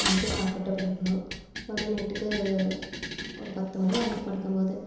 night சாப்பிட்டு படுக்கணும் ஒரு நைட்டுக்கு ஒரு பத்து மணி ஆகிரும் படுக்கும்போது